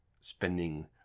spending